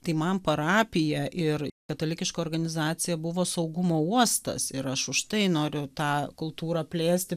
tai man parapija ir katalikiška organizacija buvo saugumo uostas ir aš už tai noriu tą kultūrą plėsti